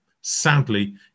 Sadly